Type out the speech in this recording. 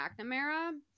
McNamara